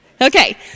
Okay